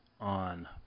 on